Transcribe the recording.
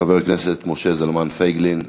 חבר הכנסת משה זלמן פייגלין,